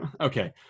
Okay